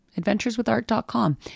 adventureswithart.com